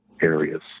areas